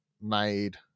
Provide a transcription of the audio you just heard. made